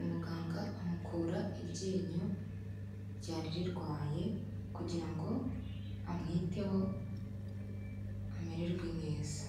umuganga amukura iryinyo ryari rirwaye kugira ngo amwiteho amererwe neza.